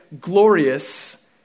glorious